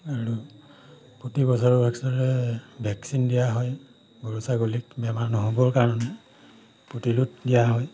আৰু প্ৰতি বছৰে বছৰে ভেকচিন দিয়া হয় গৰু ছাগলীক বেমাৰ নহ'বৰ কাৰণে প্ৰতিৰোধ দিয়া হয়